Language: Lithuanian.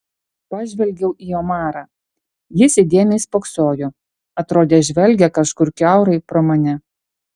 pažvelgiau į omarą jis įdėmiai spoksojo atrodė žvelgia kažkur kiaurai pro mane